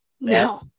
No